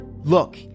look